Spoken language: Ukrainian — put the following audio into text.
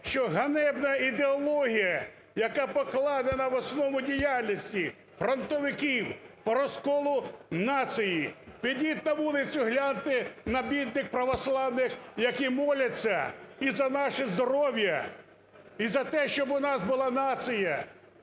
що ганебна ідеологія, яка покладена в основу діяльності фронтовиків по розколу нації… Підіть на вулицю гляньте на бідних православних, які моляться і за наше здоров'я, і за те, щоб у нас була нація.